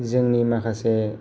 जोंनि माखासे